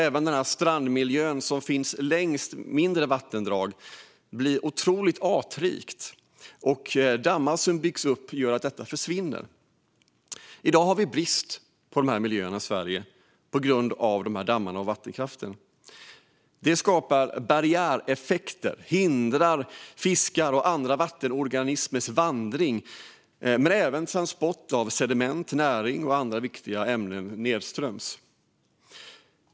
Även den strandmiljö som finns längs mindre vattendrag är otroligt artrik. Dammar som byggs upp gör att detta försvinner. I dag har vi brist på dessa miljöer i Sverige, och detta har skett på grund av de många dammarna och vattenkraften. De skapar barriäreffekter och hindrar fiskar och andra vattenorganismers vandring men även transport av sediment, näring och andra viktiga ämnen nedströms.